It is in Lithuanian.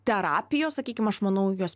terapijos sakykim aš manau jos